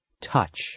Touch